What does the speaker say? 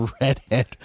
redhead